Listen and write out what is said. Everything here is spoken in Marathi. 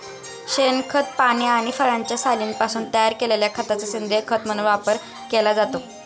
शेणखत, पाने आणि फळांच्या सालींपासून तयार केलेल्या खताचा सेंद्रीय खत म्हणून वापर केला जातो